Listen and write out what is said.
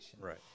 Right